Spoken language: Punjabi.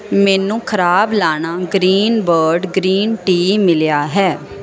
ਮੈਨੂੰ ਖ਼ਰਾਬ ਲਾਨਾ ਗਰੀਨ ਬਰਡ ਗਰੀਨ ਟੀ ਮਿਲਿਆ ਹੈ